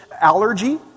allergy